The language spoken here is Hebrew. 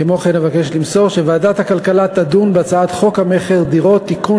כמו-כן אבקש למסור שוועדת הכלכלה תדון בהצעת חוק המכר (דירות) (תיקון,